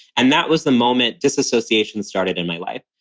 and that was the moment disassociation started in my life.